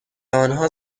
آنها